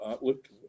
Look